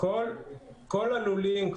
לגבי הלולים החדשים,